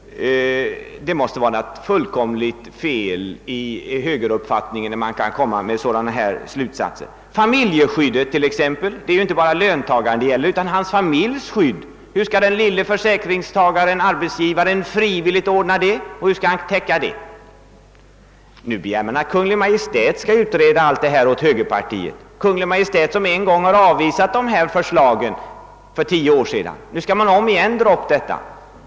Det måste vara något grundläggande fel i högerns uppfattning när man kan komma fram till sådana slutsatser. Se t.ex.. på familjeskyddet! Det gäller ju inte bara skyddet för löntagaren utan även skyddet för hans familj. Hur skall den lilla försäkringstagaren och arbetstagaren frivilligt kunna ordna detta? Nu begär man att Kungl. Maj:t skall utreda alla dessa. frågor åt högerpartiet. Kungl. Maj:t som för tio år sedan avvisat dessa förslag skall alltså än en gång ta upp .dem.